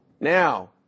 now